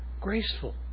graceful